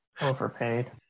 overpaid